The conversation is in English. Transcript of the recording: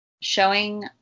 showing